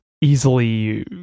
easily